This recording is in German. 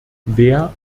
wer